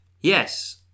Yes